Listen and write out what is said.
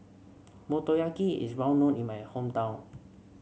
motoyaki is well known in my hometown